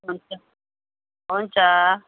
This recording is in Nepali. हुन्छ हुन्छ हुन्छ